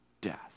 death